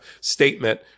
statement